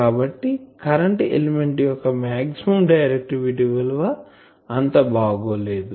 కాబట్టి current element యొక్క maximum directivity విలువ అంత బాగాలేదు